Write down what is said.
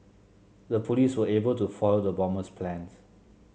the police were able to foil the bomber's plans